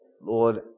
Lord